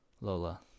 Lola